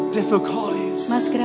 difficulties